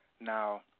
Now